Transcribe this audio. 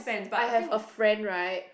I have a friend right